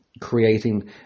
creating